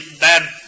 bad